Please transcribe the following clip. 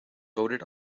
voted